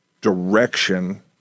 direction